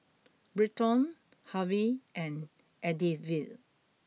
Britton Harve and Edythe